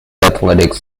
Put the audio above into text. athletics